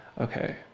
Okay